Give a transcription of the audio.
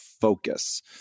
focus